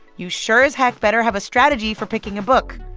you sure as heck better have a strategy for picking a book.